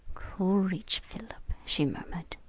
courage, philip, she murmured.